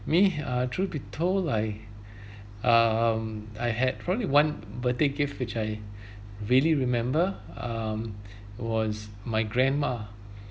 me uh truth be told I um I had for only one birthday gift which I really remember um it was my grandma